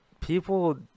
People